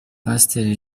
pst